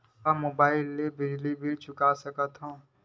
का मुबाइल ले बिजली के बिल चुका सकथव?